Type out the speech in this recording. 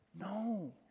No